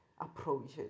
approaches